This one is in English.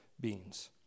beings